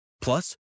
Plus